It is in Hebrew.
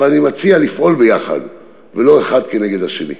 אבל אני מציע לפעול יחד ולא אחד נגד השני.